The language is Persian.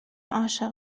عاشق